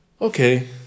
okay